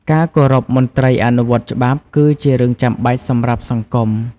ការគោរពមន្ត្រីអនុវត្តច្បាប់ គឺជារឿងចាំបាច់សម្រាប់សង្គម។